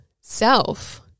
self